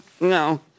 no